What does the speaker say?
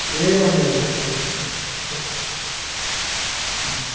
एवमेवं सत्यं सत्यं सत्यं